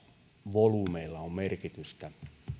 volyymeillä on merkitystä